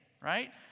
right